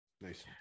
Nice